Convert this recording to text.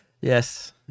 Yes